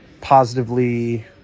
positively